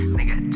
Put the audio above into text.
Nigga